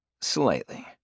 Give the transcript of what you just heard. Slightly